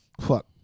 Fuck